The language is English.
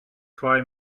try